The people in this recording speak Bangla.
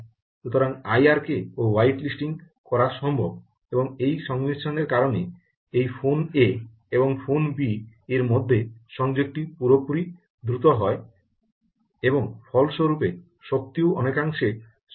সুতরাং আইআরকে ও হোয়াইট লিস্টিং করা সম্ভব এবং এই সংমিশ্রণের কারণে এই ফোন এ এবং ফোন বি এর মধ্যে সংযোগটি পুরোপুরি দ্রুত হয় এবং ফলস্বরূপে শক্তিও অনেকাংশে সঞ্চয় হয়